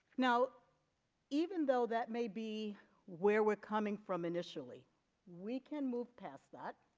now even though that may be where we're coming from initially we can move past that